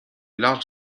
larges